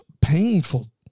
painful